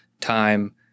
time